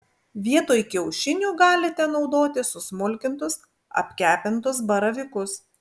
vietoj kiaušinių galite naudoti susmulkintus apkepintus baravykus